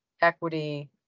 equity